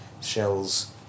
shells